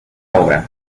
obra